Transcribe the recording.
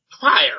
fire